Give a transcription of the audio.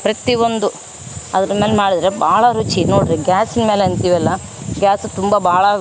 ಪ್ರತಿಒಂದು ಅದುಕ್ಕೆ ಮಾಡಿದ್ರೆ ಭಾಳ ರುಚಿ ನೋಡ್ರಿ ಗ್ಯಾಸಿನ ಮೇಲೆ ಅಂತೀವಲ್ಲ ಗ್ಯಾಸ್ ತುಂಬ ಭಾಳ